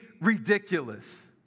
ridiculous